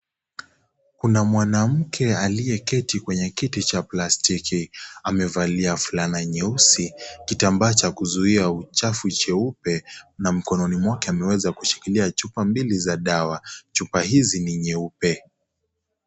Kuna mwanamke aliyeketi kwenye kiti cha plastiki. Amevalia fulana nyeusi, kitambaa cha kuzuia uchafu cheupe na mkononi mwake ameweza kushikilia chupa mbili za dawa. Chupa hizi ni nyeupe.